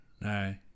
No